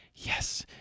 Yes